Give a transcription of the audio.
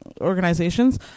organizations